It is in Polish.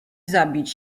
zabić